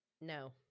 No